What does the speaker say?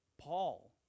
Paul